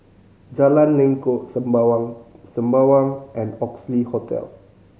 Jalan Lengkok Sembawang Sembawang and Oxley Hotel